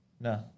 No